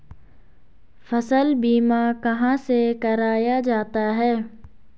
फसल बीमा कहाँ से कराया जाता है?